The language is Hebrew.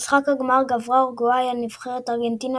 במשחק הגמר גברה אורוגוואי על נבחרת ארגנטינה